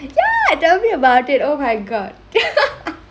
ya tell me about it oh my god